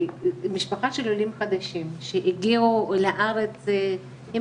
משפחה של עולים חדשים שהגיעו לארץ עם